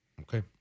Okay